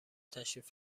تشریف